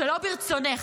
שלא ברצונך,